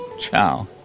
Ciao